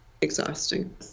exhausting